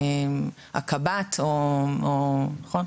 הקב"ט וכדומה.